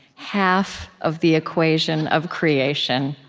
half of the equation of creation.